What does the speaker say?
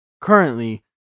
currently